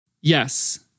yes